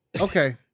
okay